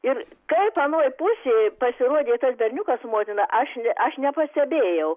ir kaip anoj pusėj pasirodė tas berniukas su motina aš ne aš nepastebėjau